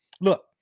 look